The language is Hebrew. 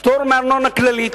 פטור מארנונה כללית,